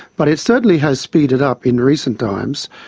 but it certainly has speeded up in recent times.